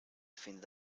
findet